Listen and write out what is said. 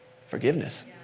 Forgiveness